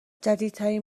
جدیدترین